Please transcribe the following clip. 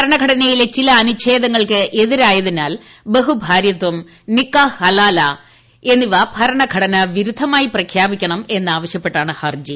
ഭരണഘടയിലെ ചില അനുഛേദങ്ങൾക്ക് എതിരായതിനാൽ ബഹുഭാര്യാത്ഥം നിക്കാഹ് ഹലാല എന്നിവ ഭരണഘടന വിരുദ്ധമായി പ്രഖ്യാപിക്കണം എന്നാവശ്യപ്പെട്ടാണ് ഹർജി